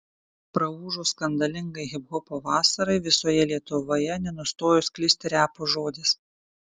praūžus skandalingai hiphopo vasarai visoje lietuvoje nenustojo sklisti repo žodis